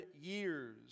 years